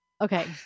Okay